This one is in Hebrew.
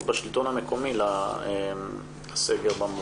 השלטון המקומי בנוגע לדברים האלה בסגר?